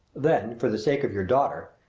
then for the sake of your daughter,